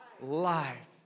life